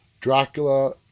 dracula